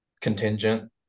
contingent